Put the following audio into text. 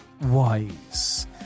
Wise